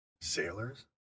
Sailors